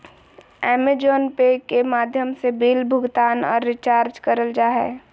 अमेज़ोने pay के माध्यम से बिल भुगतान आर रिचार्ज करल जा हय